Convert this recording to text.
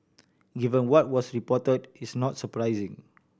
given what was reported it's not surprising